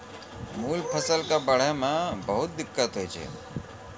मूल फसल कॅ बढ़ै मॅ बहुत दिक्कत होय छै